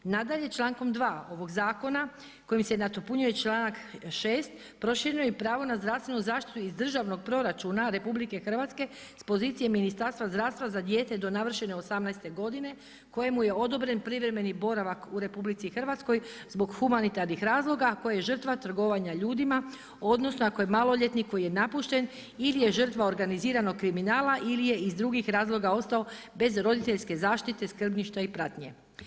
Nadalje, člankom 2. ovog zakona kojim se nadopunjuje članak 6. prošireno je i pravo na zdravstvenu zaštitu iz državnog proračuna RH s pozicije Ministarstva zdravstva za dijete do navršene 18 godine kojemu je odobren privremeni boravak u RH zbog humanitarnih razloga, a koja je žrtva trgovanja ljudima, odnosno ako je maloljetnik koji je napušten ili je žrtva organiziranog kriminala ili je iz drugih razloga ostao bez roditeljske zaštite, skrbništva i pratnje.